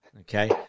Okay